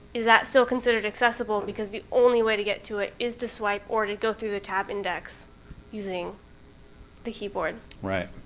is that still considered accessible? because the only way to get to it is to swipe or to go through the tab index using the keyboard? andrew right.